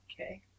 okay